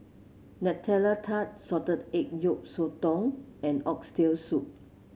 Nutella Tart Salted Egg Yolk Sotong and Oxtail Soup